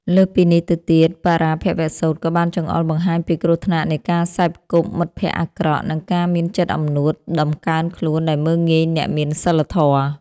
លើសពីនេះទៅទៀត បរាភវសូត្រក៏បានចង្អុលបង្ហាញពីគ្រោះថ្នាក់នៃការសេពគប់មិត្តភក្តិអាក្រក់ និងការមានចិត្តអំនួតតម្កើងខ្លួនដែលមើលងាយអ្នកមានសីលធម៌។